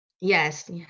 Yes